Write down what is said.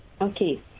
Okay